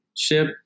ship